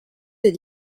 des